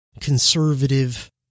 conservative